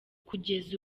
kugeza